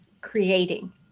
creating